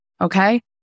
Okay